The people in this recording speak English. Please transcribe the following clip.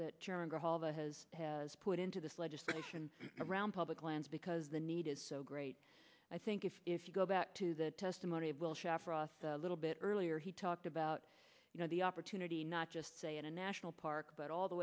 that has has put into this legislation around public lands because the need is so great i think if if you go back to the testimony of will share for us a little bit earlier he talked about you know the opportunity not just say in a national park but all the